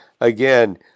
again